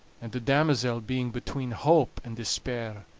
and the damosel being between hope and despair,